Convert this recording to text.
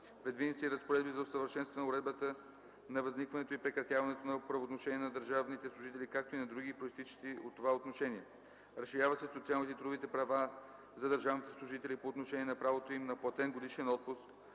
Предвидени са и разпоредби за усъвършенстване уредбата на възникването и прекратяването на правоотношенията на държавните служители, както и на други произтичащи от това отношения. Разширяват се социалните и трудовите права за държавните служители по отношение на правото им на платен годишен отпуск,